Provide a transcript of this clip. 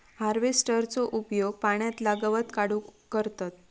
हार्वेस्टरचो उपयोग पाण्यातला गवत काढूक करतत